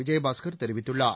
விஜயபாஸ்கர் தெரிவித்துள்ளார்